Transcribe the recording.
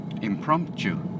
impromptu